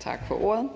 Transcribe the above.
Tak for ordet.